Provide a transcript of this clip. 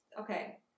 okay